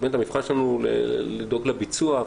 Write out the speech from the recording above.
המבחן שלנו הוא לדאוג לביצוע.